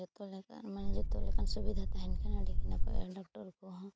ᱡᱚᱛᱚ ᱞᱮᱠᱟᱱ ᱢᱟᱱᱮ ᱡᱚᱛᱚ ᱞᱮᱠᱟᱱ ᱥᱩᱵᱤᱫᱟ ᱛᱟᱦᱮᱱ ᱠᱷᱟᱱ ᱟᱹᱰᱤ ᱱᱟᱯᱟᱭᱚᱜᱼᱟ ᱰᱟᱠᱴᱚᱨ ᱠᱚ ᱦᱚᱸ